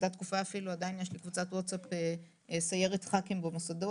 הייתה תקופה -- עדיין יש לי קבוצת ווטסאפ של סיירת ח"כים במוסדות.